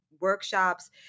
workshops